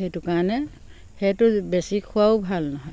সেইটো কাৰণে সেইটো বেছি খোৱাও ভাল নহয়